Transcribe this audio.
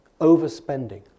overspending